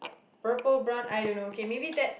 purple brown I don't know okay maybe that